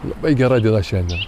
labai gera diena šiandien